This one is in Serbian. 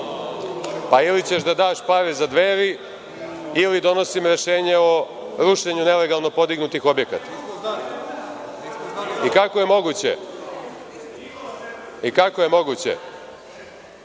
pa ili ćeš da daš pare za Dveri ili donosim rešenje o rušenju nelegalno podignutih objekata. Kako je moguće da u